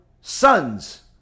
sons